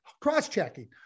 cross-checking